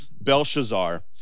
Belshazzar